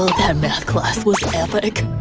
that math class was epic!